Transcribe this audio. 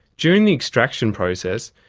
during the extraction process,